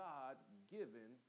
God-given